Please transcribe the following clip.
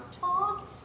talk